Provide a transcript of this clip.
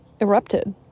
erupted